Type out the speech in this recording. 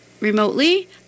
remotely